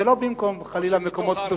זה לא במקום, חלילה, מקומות קדושים.